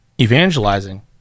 evangelizing